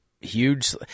huge